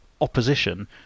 opposition